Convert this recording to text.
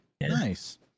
Nice